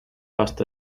past